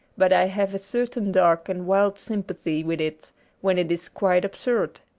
but i have a certain dark and wild sympathy with it when it is quite absurd.